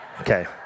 Okay